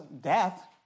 death